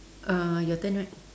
uh your turn right